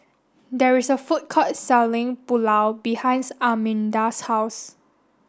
there is a food court selling Pulao behinds Arminda's house